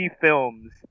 films